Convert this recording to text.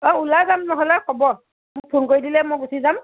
অঁ উলায় যাম নহ'লে হ'ব মোক ফোন কৰি দিলেই মই গুচি যাম